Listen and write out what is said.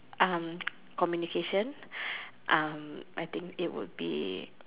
communication I think it will be